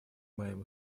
моим